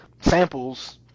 samples